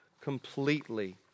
completely